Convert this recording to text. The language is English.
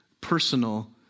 personal